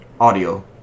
audio